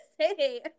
say